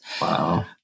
Wow